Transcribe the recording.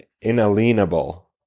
inalienable